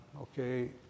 Okay